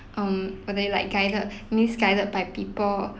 um were they like guided misguided by people